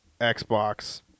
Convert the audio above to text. Xbox